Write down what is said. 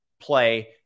play